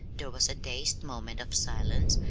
there was a dazed moment of silence,